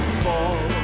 fall